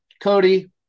Cody